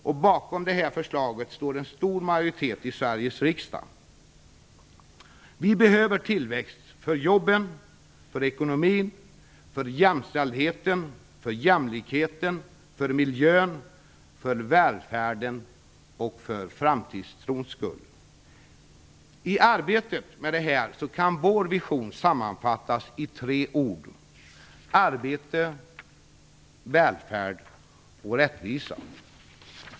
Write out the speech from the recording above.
Bakom det här förslaget står en stor majoritet i Sveriges riksdag. Vi behöver tillväxt - för jobben, för ekonomin, för jämställdheten, för jämlikheten, för miljön, för välfärden och för framtidstrons skull. Vår vision i arbetet med det här kan sammanfattas i tre ord: arbete, välfärd och rättvisa.